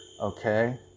okay